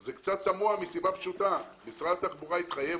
זה קצת תמוה מסיבה פשוטה: משרד התחבורה התחייב